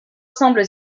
semble